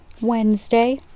Wednesday